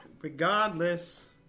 Regardless